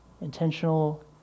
intentional